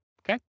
okay